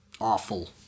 awful